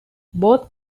both